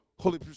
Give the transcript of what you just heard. Holy